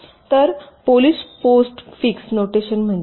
तर Polish postfix notation म्हणजे काय